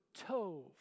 tove